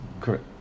Correct